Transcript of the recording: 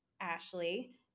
Ashley